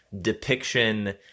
depiction